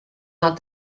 not